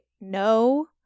no